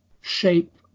shape